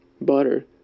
butter